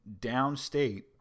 downstate